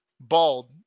bald